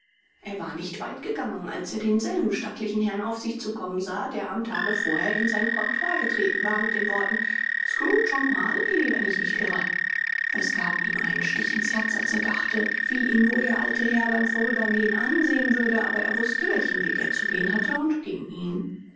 er war nicht weit gegangen als er denselben stattlichen herrn auf sich zukommen sah der am tage vorher in sein comptoir getreten war mit den worten scrooge und marley wenn ich nicht irre es gab ihm einen stich ins herz als er dachte wie ihn wohl der alte herr beim vorübergehen ansehen würde aber er wußte welchen weg er zu gehen hatte und ging ihn